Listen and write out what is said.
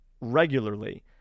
regularly